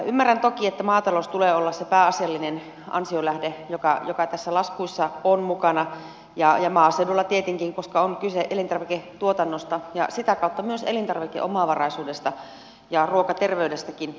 ymmärrän toki että maatalouden tulee olla se pääasiallinen ansion lähde joka tässä laskuissa on mukana ja maaseudulla tietenkin koska on kyse elintarviketuotannosta ja sitä kautta myös elintarvikeomavaraisuudesta ja ruokaterveydestäkin